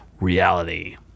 reality